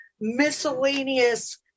miscellaneous